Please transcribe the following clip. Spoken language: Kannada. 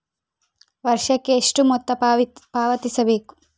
ವರ್ಷಕ್ಕೆ ಎಷ್ಟು ಮೊತ್ತ ಪಾವತಿಸಬೇಕು?